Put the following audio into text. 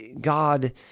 God